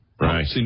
Right